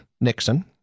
Nixon